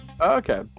Okay